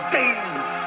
days